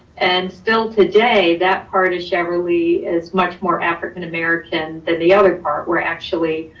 and still today that part is cheverly is much more african american than the other part where actually